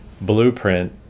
blueprint